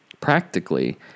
practically